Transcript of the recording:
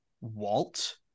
Walt